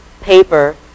paper